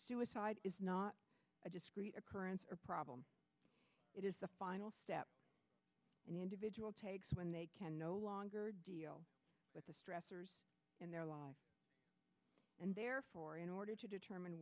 suicide is not a discrete occurrence or problem it is the final step in the individual takes when they can no longer deal with the stressors in their lives and therefore in order to determine